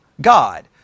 God